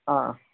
ಹಾಂ